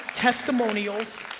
testimonials.